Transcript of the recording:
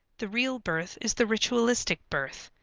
the real birth is the ritualistic birth,